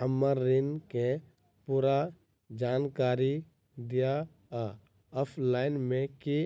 हम्मर ऋण केँ पूरा जानकारी दिय आ ऑफलाइन मे की